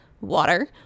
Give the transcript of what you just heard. Water